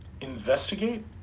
Investigate